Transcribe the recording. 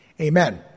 Amen